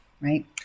Right